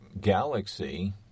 galaxy